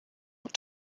what